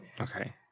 Okay